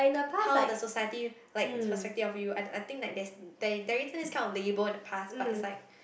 how the society like suspecting of you I I think like there there isn't this kind of label in the past but it's like